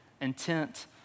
intent